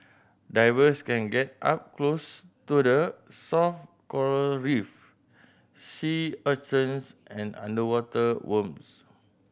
divers can get up close to the soft coral reef sea urchins and underwater worms